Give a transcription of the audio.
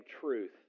truth